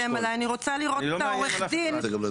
אני לא מאיים על אף אחד.